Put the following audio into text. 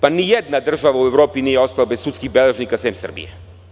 Nijedna država u Evropi nije ostala bez sudskih beležnika, sem Srbije.